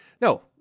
No